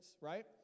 right